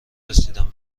رسیدم